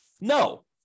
No